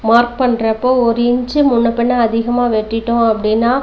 mark பண்ணுறப்போ ஒரு inch முன்ன பின்ன அதிகமாக வெட்டிட்டோம் அப்படினா